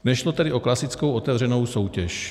Nešlo tedy o klasickou otevřenou soutěž.